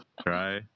try